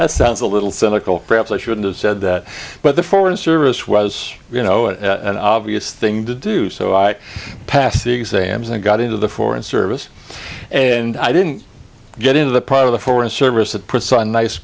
that sounds a little cynical perhaps i shouldn't have said that but the foreign service was you know it obvious thing to do so i passed the exams and got into the foreign service and i didn't get into the part of the foreign service